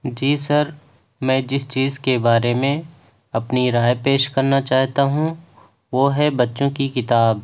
جی sir میں جس چیز کے بارے میں اپنی رائے پیش کرنا چاہتا ہوں وہ ہے بچوں کی کتاب